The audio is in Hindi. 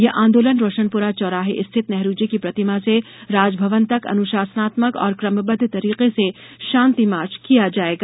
यह आंदोलन रोशनपुरा चौराहे स्थित नेहरू जी की प्रतिमा से राजभवन तक अनुशासनात्मक और क्रमबद्ध तरीके से शांति मार्च किया जायेगा